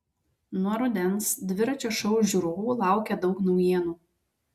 nuo rudens dviračio šou žiūrovų laukia daug naujienų